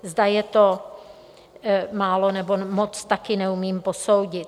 Zda je to málo, nebo moc, taky neumím posoudit.